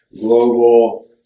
global